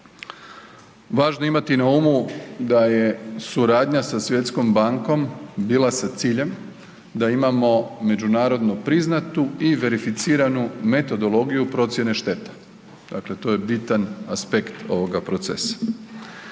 Važno je imati na umu da je suradnja sa Svjetskom bankom bila sa ciljem da imamo međunarodno priznatu i verificiranu metodologiju procjene šteta. Dakle, to je bitan aspekt ovoga procesa.